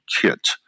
Kit